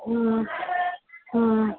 ह्म् ह्म्